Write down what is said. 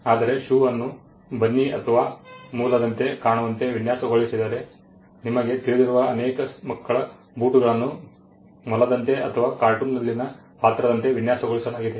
ಆದರೆ ಶೂ ಅನ್ನು ಬನ್ನಿ ಅಥವಾ ಮೊಲದಂತೆ ಕಾಣುವಂತೆ ವಿನ್ಯಾಸಗೊಳಿಸಿದ್ದರೆ ನಿಮಗೆ ತಿಳಿದಿರುವ ಅನೇಕ ಮಕ್ಕಳ ಬೂಟುಗಳನ್ನು ಮೊಲದಂತೆ ಅಥವಾ ಕಾರ್ಟೂನ್ನಲ್ಲಿನ ಪಾತ್ರದಂತೆ ವಿನ್ಯಾಸಗೊಳಿಸಲಾಗಿದೆ